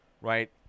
right